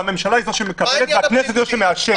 והממשלה --- והכנסת היא זאת שמאשרת.